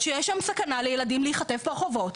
שיש שם סכנה לילדים להיחטף ברחובות,